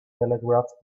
telegraph